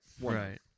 Right